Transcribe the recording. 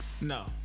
No